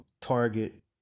target